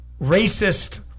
racist